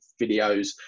videos